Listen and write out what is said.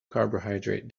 carbohydrate